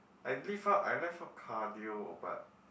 I leave out I left out cardio but